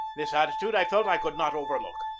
this atti tude i felt i could not overlook.